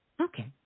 Okay